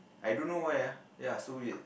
I don't know why ah ya so weird